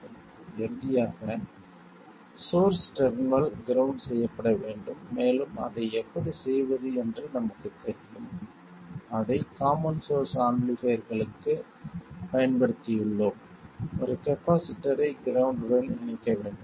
இறுதியாக source terminal ground செய்யப்பட வேண்டும் மேலும் அதை எப்படி செய்வது என்று நமக்குத் தெரியும் அதை காமன் சோர்ஸ் ஆம்பிளிஃபைர்களுக்குப் பயன்படுத்தியுள்ளோம் ஒரு கப்பாசிட்டர்ரை கிரவுண்ட் உடன் இணைக்க முடியும்